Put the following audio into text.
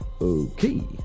Okay